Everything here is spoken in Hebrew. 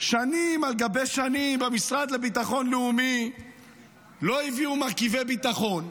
שנים על גבי שנים במשרד לביטחון לאומי לא הביאו מרכיבי ביטחון,